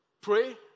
pray